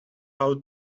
ought